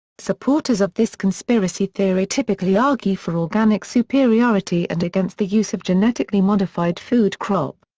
supporters of this conspiracy theory typically argue for organic superiority and against the use of genetically modified food crop.